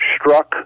struck